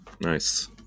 Nice